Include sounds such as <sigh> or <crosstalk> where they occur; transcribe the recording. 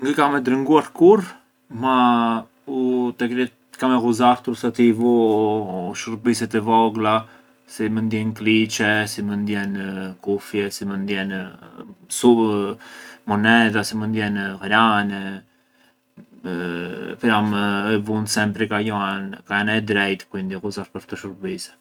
Ngë kam e drënguar kurrë, ma u te kry- kam e ghuzartur sa të i vu shërbise të vogla si mënd jenë kliçe, si mënd jenë kufje, si mënd jenë su- monedha, si mënd jenë ghrane <hesitation> pranë ë vunë sempri ka ajo anë, ka ana e drejtë, quindi e ghuzar pë’ rto shurbise.